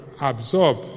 absorb